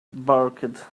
barked